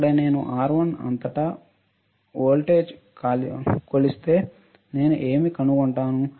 ఇక్కడ నేను R1 అంతటా వోల్టేజ్ కొలిస్తేనేను ఏమి కనుగొంటాను